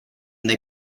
they